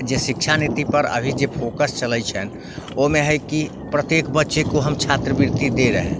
जे शिक्षा नीतिपर अभी जे फोकस चलै छनि ओहिमे हइ कि प्रत्येक बच्चे को हम छात्रवृत्ति दे रहे हैं